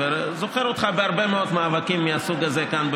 אני זוכר אותך בהרבה מאוד מאבקים מהסוג הזה כאן,